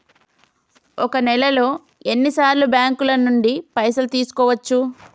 ఒక నెలలో ఎన్ని సార్లు బ్యాంకుల నుండి పైసలు తీసుకోవచ్చు?